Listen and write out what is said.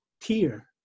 tear